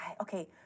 okay